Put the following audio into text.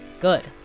Good